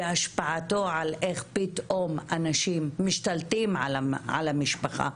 והשפעתו על איך פתאום אנשים משתלטים על המשפחה,